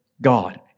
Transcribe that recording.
God